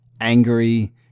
angry